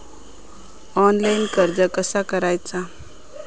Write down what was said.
Online कर्ज कसा करायचा?